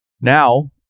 now